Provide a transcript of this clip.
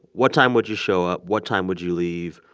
what time would you show up? what time would you leave?